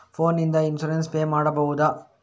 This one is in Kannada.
ಫೋನ್ ನಿಂದ ಇನ್ಸೂರೆನ್ಸ್ ಪೇ ಮಾಡಬಹುದ?